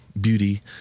beauty